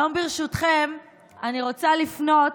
היום ברשותכם אני רוצה לפנות